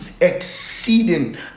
exceeding